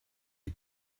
die